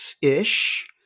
ish